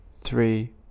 three